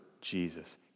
Jesus